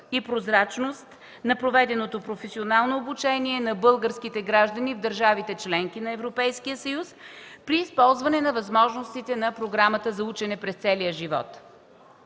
и прозрачност на проведеното професионално обучение на българските граждани в държавите – членки на Европейския съюз, при използване на възможностите на Програмата за учене през целия живот.